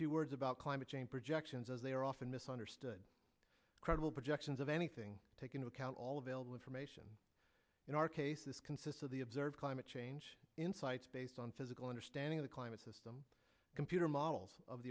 few words about climate change projections as they are often misunderstood credible projections of anything take into account all available information in our case this consists of the observed climate change insights based on physical understanding of the climate system computer models of